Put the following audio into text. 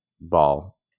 ball